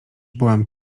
byłam